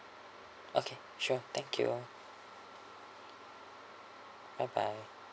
okay sure thank you bye bye